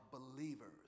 believers